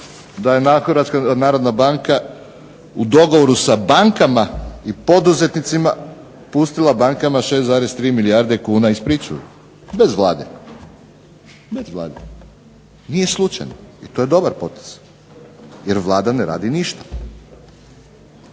da nije slučajno da je HNB u dogovoru sa bankama i poduzetnicima pustila bankama 6,3 milijarde kuna iz pričuve, bez Vlade, nije slučajno. I to je dobar potez jer Vlada ne radi ništa.